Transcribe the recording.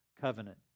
covenant